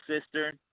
sister